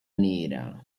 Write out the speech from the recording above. nera